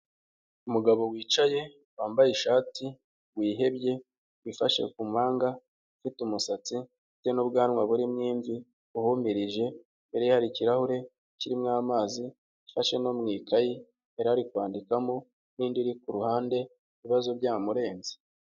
Umugabo wicaye wambaye ishati wihebye, wifashe ku mpanga ufite umusatsi ndetse n'ubwanwa burimo imvi, wahumirije, hari ikirahure kirimo amazi afashe no mu ikayi yarari kwandikamo n'indi iri kuruhande ibibazo byamurenze.